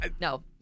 No